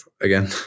Again